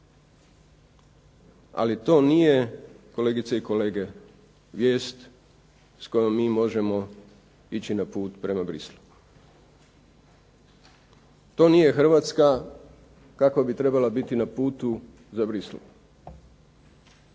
Ali to nije kolegice i kolege vijest s kojom mi možemo ići na put prema Bruxellesu. To nije Hrvatska kakva bi trebala biti na putu za Bruxelles